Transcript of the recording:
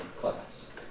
class